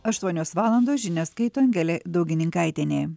aštuonios valandos žinias skaito angelė daugininkaitienė